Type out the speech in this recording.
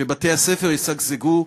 שבתי-הספר ישגשגו,